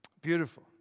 Beautiful